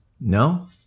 No